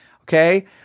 Okay